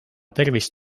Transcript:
tervist